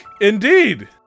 Indeed